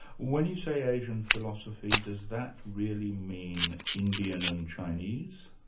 when you say asian philosophy does that really mean indian and chinese?